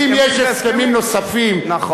אם יש הסכמים נוספים, נכון.